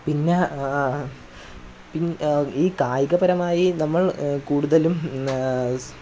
പിന്നെ ഈ കായികപരമായി നമ്മള് കൂടുതലും